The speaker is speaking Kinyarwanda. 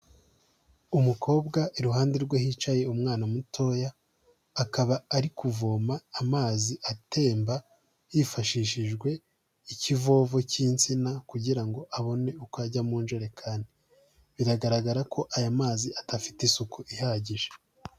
Umukobwa, iruhande rwe hicaye umwana mutoya, akaba ari kuvoma amazi atemba hifashishijwe ikivovo cy'insina, kugira ngo abone uko ajya mu njerekani. Biragaragara ko aya mazi adafite isuku ihagije.